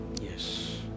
Yes